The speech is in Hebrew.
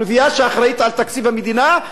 כנופיה שאחראית לתקציב המדינה,